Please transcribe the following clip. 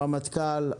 הרמטכ"ל,